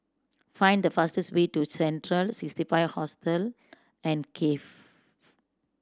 find the fastest way to Central Sixty Five Hostel and Cafe